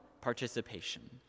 participation